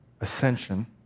ascension